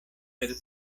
per